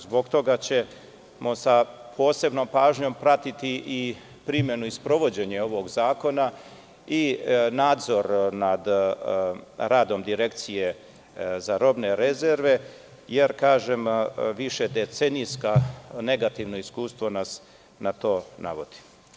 Zbog toga ćemo sa posebnom pažnjom pratiti primenu i sprovođenje ovog zakona, i nadzor nad radom Direkcije za robne rezerve, jer kažem, višedecenijsko negativno iskustvo nas na to navodi.